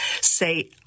Say